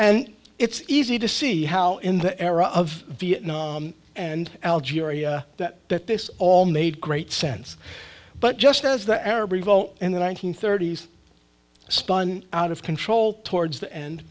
and it's easy to see how in the era of vietnam and algeria that this all made great sense but just as the arab revolt in the one nine hundred thirty s spun out of control towards the end